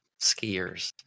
skiers